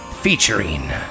Featuring